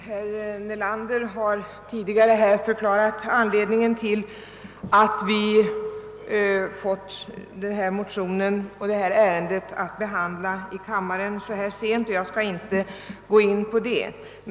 Herr talman! Herr Nelander har redan uppgivit anledningen till att vi så sent fått detta ärende till behandling i kammaren. Jag skall därför inte gå in på det.